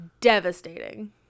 devastating